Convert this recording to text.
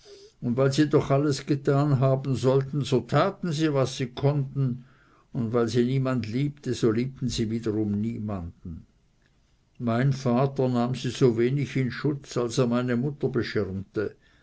und weil sie doch alles getan haben sollten so taten sie was sie konnten und weil sie niemand liebte so liebten sie wieder niemanden mein vater nahm sie so wenig in schutz als er meine mutter beschirmte